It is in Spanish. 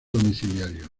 domiciliario